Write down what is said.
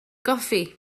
goffi